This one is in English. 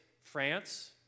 France